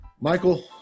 Michael